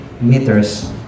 meters